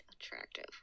attractive